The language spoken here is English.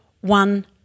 one